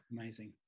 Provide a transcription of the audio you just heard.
Amazing